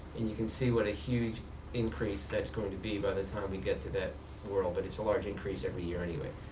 and you can see what a huge increase that's going to be by the time we get to that world. but it's large increase every year anyway.